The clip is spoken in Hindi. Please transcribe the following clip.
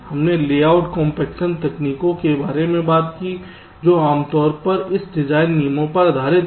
हमने लेआउट कॉम्पेक्शन तकनीकों के बारे में बात की जो आमतौर पर इस डिजाइन नियमों पर आधारित हैं